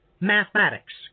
mathematics